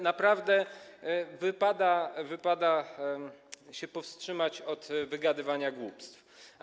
Naprawdę wypada się powstrzymać od wygadywania głupstw.